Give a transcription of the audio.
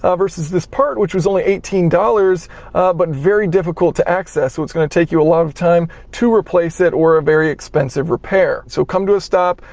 um versus this part which was only eighteen dollars but very difficult to access. which is going to take you a lot of time to replace it, or a very expensive repair. so come to a stop,